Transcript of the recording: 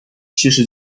其实